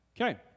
Okay